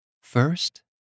First